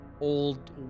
old